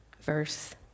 verse